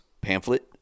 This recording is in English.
pamphlet